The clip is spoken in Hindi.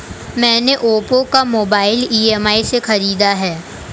मैने ओप्पो का मोबाइल ई.एम.आई पे खरीदा है